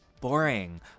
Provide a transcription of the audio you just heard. boring